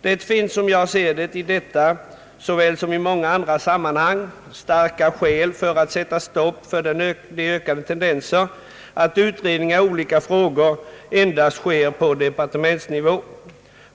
Det finns, som jag ser det, i detta såväl som i många andra sammanhang starka skäl för att sätta stopp för de ökade tendenserna att utredningar i olika frågor endast sker på departementsnivå.